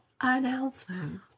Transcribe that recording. announcement